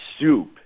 soup